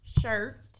Shirt